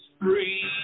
free